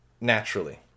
naturally